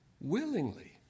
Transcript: willingly